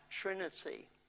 Trinity